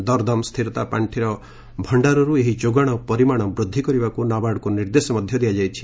ଦରଦାମ୍ ସ୍ଥିରତା ପାଖିର ଭଣ୍ଡାରରୁ ଏହି ଯୋଗାଣ ପରିମାଣ ବୃଦ୍ଧି କରିବାକୁ ନାବାର୍ଡ଼କୁ ନିର୍ଦ୍ଦେଶ ଦିଆଯାଇଛି